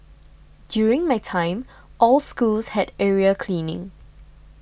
during my time all schools had area cleaning